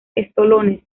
estolones